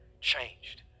changed